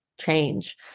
change